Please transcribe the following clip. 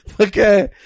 Okay